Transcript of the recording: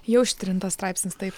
jau ištrintas straipsnis taip